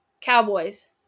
cowboys